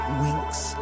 winks